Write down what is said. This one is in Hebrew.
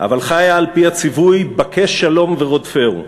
אבל חיה על-פי הציווי, בקש שלום ורודפהו.